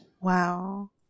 Wow